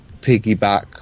piggyback